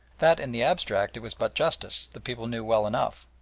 that, in the abstract, it was but justice the people knew well enough,